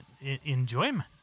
enjoyment